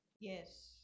yes